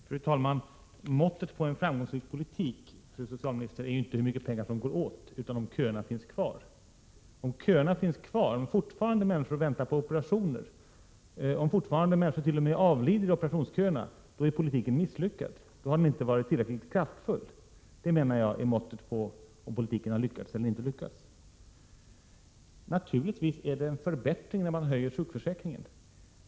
Fru talman! Måttet på en framgångsrik politik, fru socialminister, är inte — 18 april 1988 hur mycket pengar som går åt utan om köerna finns kvar. Om köerna finns kvar, om människor fortfarande väntar på operationer, om människor fortfarande t.o.m. avlider i operationsköerna, då är politiken misslyckad. Då har den inte varit tillräckligt kraftfull. Jag menar att det är måttet på om politiken har lyckats eller inte lyckats. Naturligtvis är det fråga om en förbättring när man höjer sjukförsäkringen.